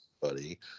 Buddy